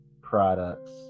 products